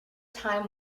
time